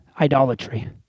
idolatry